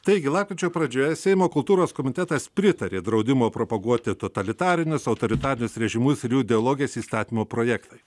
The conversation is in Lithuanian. taigi lapkričio pradžioje seimo kultūros komitetas pritarė draudimo propaguoti totalitarinius autoritarinius režimus ir jų ideologijas įstatymo projektai